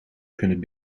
kunnen